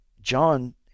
John